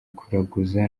kuraguza